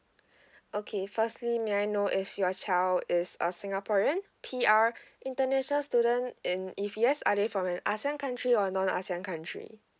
okay firstly may I know if your child is a singaporean P_R international student in if yes are they from an ASEAN country or non ASEAN country